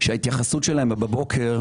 שההתייחסות שלהם בבוקר,